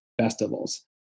festivals